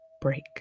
break